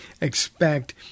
expect